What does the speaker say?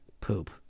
Poop